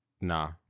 Nah